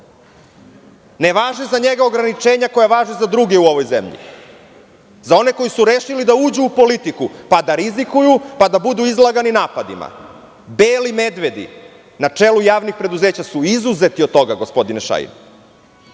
Ne važe za njega ograničenja koja važe za druge u ovoj zemlji, za one koji su rešili da uđu u politiku, pa da rizikuju, da budu izlagani napadima. Beli medvedi na čelu javnih preduzeća su izuzeti od toga, gospodine Šajn,